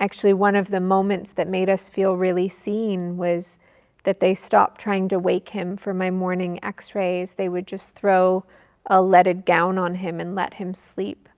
actually one of the moments that made us feel really seen was that they stopped trying to wake him for my morning x-rays. they would just throw a leaded gown on him and let him sleep,